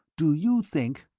do you think